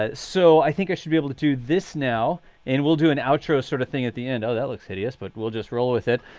ah so i think i should be able to do this now and we'll do an outro sort of thing at the end. oh, that looks hideous, but we'll just roll with it.